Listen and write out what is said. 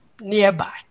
nearby